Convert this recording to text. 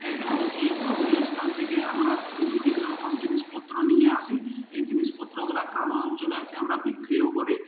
এই এবং এই ধর্মীয় স্থান থেকে আমরা বিভিন্ন রকম জিনিসপত্র নিয়ে আসি এই জিনিসপত্রগুলা গ্রাম অঞ্চলে এসে আমরা বিক্রিও করি